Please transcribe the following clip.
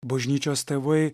bažnyčios tėvai